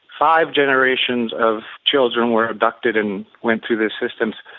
five generations of children were abducted and went through these systems.